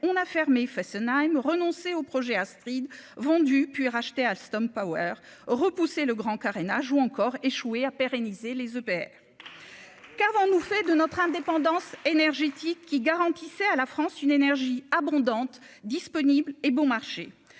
on a fermé Fessenheim renoncer au projet Astride, vendu, puis racheté à Alstom Power repousser le grand carnage ou encore échoué à pérenniser les EPR qu'avons-nous fait de notre indépendance énergétique qui garantissait à la France une énergie abondante disponible et bon marché,